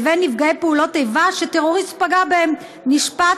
לבין נפגעי פעולות איבה שטרוריסט שפגע בהם נשפט